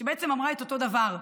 שבעצם אמרה את אותו דבר.